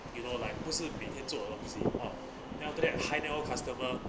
you know like 不是每天做的东西 !wah! then after that high-knell customer